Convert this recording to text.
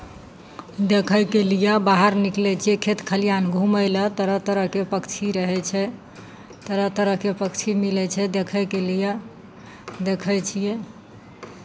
देखयके लिए बाहर निकलै छियै खेत खलिआन घूमय लए तऽ तरह तरहके पक्षी रहै छै तरह तरहके पक्षी मिलै छै देखयके लिए देखै छियै